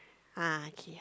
ah okay yes